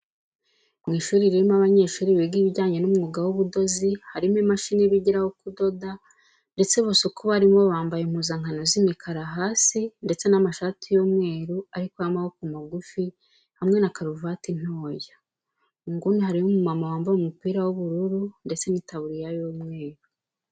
Mu ishuri ririmo abanyeshuri biga ibijyanye n'umwuga w'ubudozi, harimo imashini bigiraho kudoda ndetse bose uko barimo bambaye impuzankano z'imikara hasi ndetse n'amashati y'umweru ariko y'amaboko magufi hamwe na karuvati ntoya. Mu nguni hariyo umumama wambaye umupira w'ubururu ndetse n'itaburiya y'umweru.